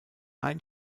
ein